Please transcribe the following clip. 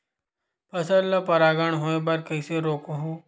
फसल ल परागण होय बर कइसे रोकहु?